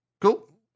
Cool